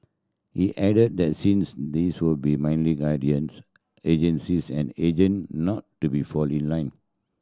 he added that since these were be merely agencies and agent not to be fall in line